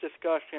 discussion